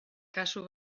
kasu